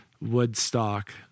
Woodstock